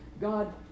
God